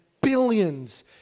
billions